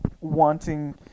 wanting